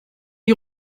die